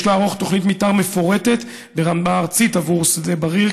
לערוך תוכנית מתאר מפורטת ברמה ארצית עבור שדה בריר,